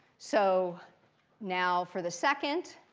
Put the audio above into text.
so now for the second,